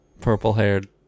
purple-haired